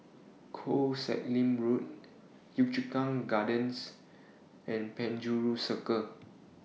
Koh Sek Lim Road Yio Chu Kang Gardens and Penjuru Circle